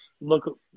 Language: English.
look